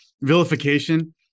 vilification